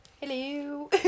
Hello